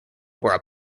where